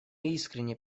искренне